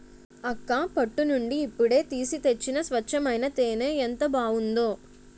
అక్కా పట్టు నుండి ఇప్పుడే తీసి తెచ్చిన స్వచ్చమైన తేనే ఎంత బావుందో